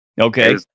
Okay